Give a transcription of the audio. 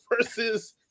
versus